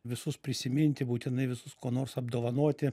visus prisiminti būtinai visus kuo nors apdovanoti